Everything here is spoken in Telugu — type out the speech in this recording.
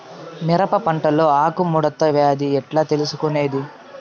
మిరప పంటలో ఆకు ముడత వ్యాధి ఎట్లా తెలుసుకొనేది?